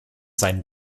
seinen